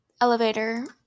elevator